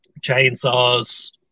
Chainsaws